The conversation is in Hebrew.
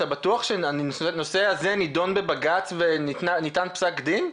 אתה בטוח שהנושא הזה נדון בבג"צ וניתן פסק דין?